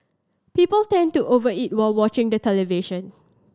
people tend to over eat while watching the television